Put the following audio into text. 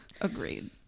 Agreed